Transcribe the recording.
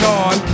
on